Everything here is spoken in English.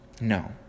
No